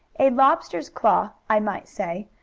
a lobster's claw, i might say,